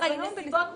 אז בנסיבות מקילות,